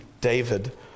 David